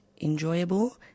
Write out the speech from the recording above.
enjoyable